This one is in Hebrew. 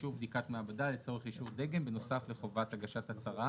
אישור בדיקת מעבדה לצורך אישור דגם בנוסף לחובת הגשת ההצהרה